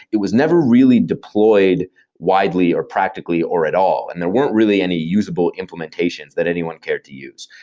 it was never really deployed widely, or practically, or at all, and there weren't really any usable implementations that anyone cared to use.